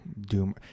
doom